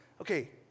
Okay